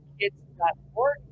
Kids.org